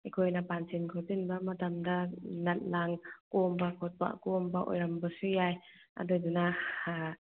ꯑꯩꯈꯣꯏꯅ ꯄꯥꯟꯁꯤꯟ ꯈꯣꯠꯆꯤꯟꯕ ꯃꯇꯝꯗ ꯅꯠ ꯂꯥꯡ ꯀꯣꯝꯕ ꯈꯣꯠꯄ ꯀꯣꯝꯕ ꯑꯣꯏꯔꯝꯕꯁꯨ ꯌꯥꯏ ꯑꯗꯨꯗꯨꯅ